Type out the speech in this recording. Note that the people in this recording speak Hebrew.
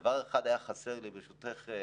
דבר אחד היה חסר לי, ברשותך.